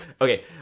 Okay